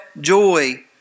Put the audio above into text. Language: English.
joy